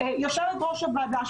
יושבת-ראש הוועדה,